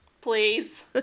Please